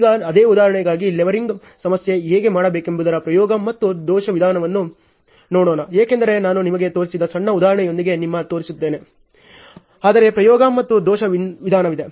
ಈಗ ಅದೇ ಉದಾಹರಣೆಗಾಗಿ ಲೆವೆಲಿಂಗ್ ಸಮಸ್ಯೆಯನ್ನು ಹೇಗೆ ಮಾಡಬೇಕೆಂಬುದರ ಪ್ರಯೋಗ ಮತ್ತು ದೋಷ ವಿಧಾನವನ್ನು ನೋಡೋಣ ಏಕೆಂದರೆ ನಾನು ನಿಮಗೆ ತೋರಿಸಿದ ಸಣ್ಣ ಉದಾಹರಣೆಯೊಂದಿಗೆ ನಿಮಗೆ ತೋರಿಸಿದ್ದೇನೆ ಆದರೆ ಪ್ರಯೋಗ ಮತ್ತು ದೋಷ ವಿಧಾನವಿದೆ